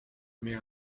mais